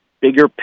bigger